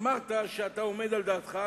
אמרת שאתה עומד על דעתך,